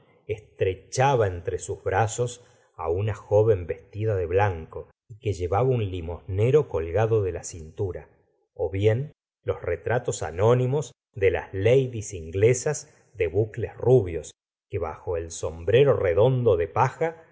estrechaba entre sus brazos á una joven vestida de blanco y que llevaba un limosnero colgando de la cintura bien los retratos anónimos de las ladíes inglesas de bucles rubios que bajo el sombrero redondo de paja